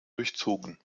durchzogen